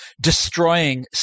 destroying